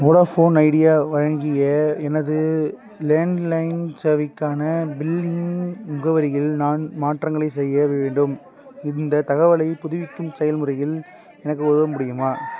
Vodafone Idea வழங்கிய எனது landline சேவைக்கான பில்லிங் முகவரியில் நான் மாற்றங்களைச் செய்ய வேண்டும் இந்தத் தகவலைப் புதுப்பிக்கும் செயல்முறையில் எனக்கு உதவ முடியுமா